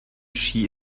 she